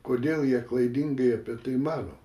kodėl jie klaidingai apie tai mano